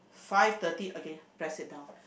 five thirty again press it down